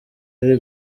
ari